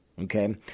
Okay